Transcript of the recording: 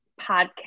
podcast